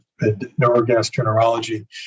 neurogastroenterology